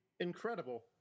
incredible